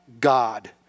God